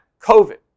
COVID